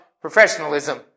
professionalism